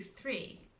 three